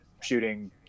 shooting